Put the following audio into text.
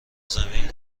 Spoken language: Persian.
زمین